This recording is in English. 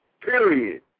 Period